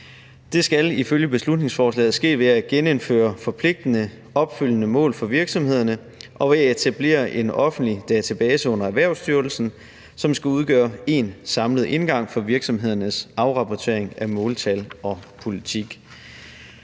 Det skal ifølge beslutningsforslaget ske ved at genindføre forpligtende opfølgende mål for virksomhederne og ved at etablere en offentlig database under Erhvervsstyrelsen, som skal udgøre én samlet indgang for virksomhedernes afrapportering af måltal og politikker.